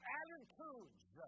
attitudes